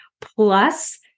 Plus